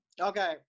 Okay